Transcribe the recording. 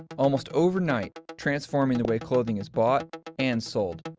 almost overnight, transforming the way clothing is bought and sold.